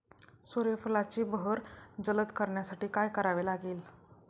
सूर्यफुलाची बहर जलद करण्यासाठी काय करावे लागेल?